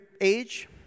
age